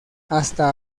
hasta